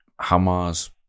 Hamas